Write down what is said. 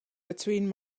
between